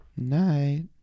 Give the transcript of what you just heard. Night